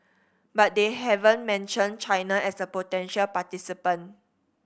but they haven't mentioned China as a potential participant